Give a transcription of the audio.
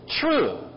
true